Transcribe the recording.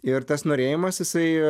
ir tas norėjimas jisai